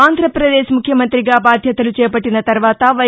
ఆంధ్రప్రదేశ్ ముఖ్యమంత్రిగా బాధ్యతలు చేపట్టిన తర్వాత వై